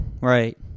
right